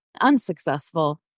unsuccessful